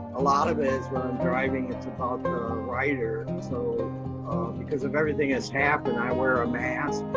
a lot of it is, when i'm driving, it's about the rider. so because of everything that's happened, i wear a mask,